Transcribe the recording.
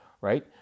right